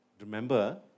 Remember